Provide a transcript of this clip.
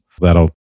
that'll